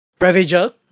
Ravager